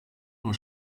nur